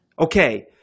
Okay